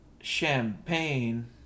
champagne